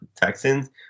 Texans